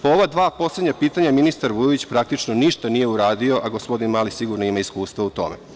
Po ova dva poslednja pitanja ministar Vujović praktično ništa nije uradio, a gospodin Mali sigurno ima iskustva u tome.